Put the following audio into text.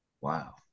Wow